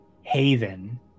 haven